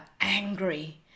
angry